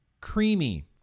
creamy